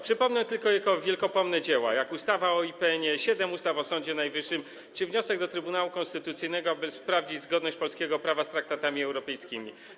Przypomnę tylko jego wiekopomne dzieła, takie jak: ustawa o IPN, siedem ustaw o Sądzie Najwyższym czy wniosek do Trybunału Konstytucyjnego, aby sprawdzić zgodność polskiego praw z traktatami europejskimi.